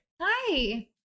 hi